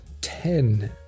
ten